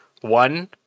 one